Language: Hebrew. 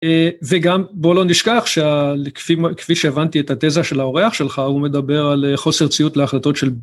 וגם בוא לא נשכח כפי שהבנתי את התזה של האורח שלך הוא מדבר על חוסר ציות להחלטות של.